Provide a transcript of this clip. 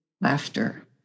laughter